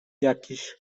jakiś